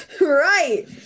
right